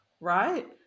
Right